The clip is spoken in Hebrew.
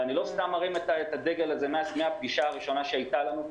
ואני לא סתם מרים את הדגל הזה מהפגישה הראשונה שהייתה לנו,